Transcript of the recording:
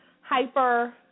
Hyper